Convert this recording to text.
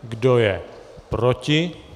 Kdo je proti?